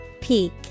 Peak